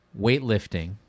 weightlifting